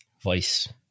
Vice